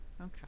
Okay